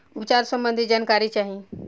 उपचार सबंधी जानकारी चाही?